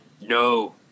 No